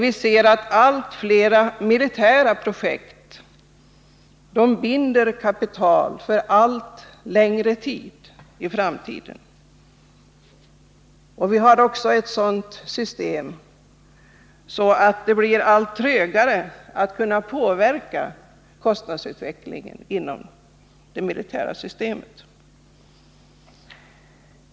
Allt flera militärprojekt binder i framtiden kapital för allt längre tid. Det blir också allt svårare att påverka kostnadsutvecklingen inom det militära systemet.